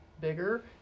bigger